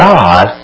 God